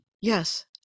yes